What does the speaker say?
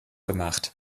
gemacht